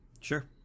Sure